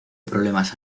problemas